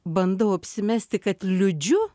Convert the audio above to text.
bandau apsimesti kad liūdžiu